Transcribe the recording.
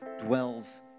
dwells